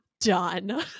done